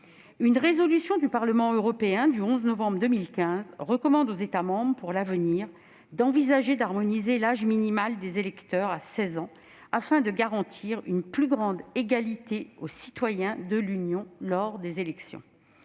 Une résolution du Parlement européen du 11 novembre 2015 « recommande aux États membres, pour l'avenir, d'envisager d'harmoniser l'âge minimal des électeurs à 16 ans, afin de garantir une plus grande égalité aux citoyens de l'Union lors des élections